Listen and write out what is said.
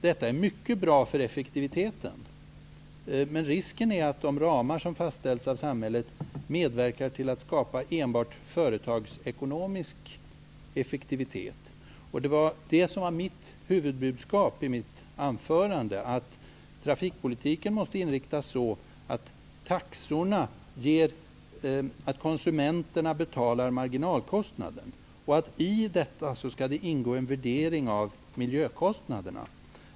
Detta är mycket bra för effektiviteten, men risken är att de ramar som fastställs av samhället medverkar till att skapa enbart företagsekonomisk effektivitet. Huvudbudskapet i mitt anförande var att trafikpolitiken måste inriktas så att konsumenterna betalar marginalkostnaden. I detta skall ingå en värdering av miljökostnaderna.